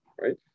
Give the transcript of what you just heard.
right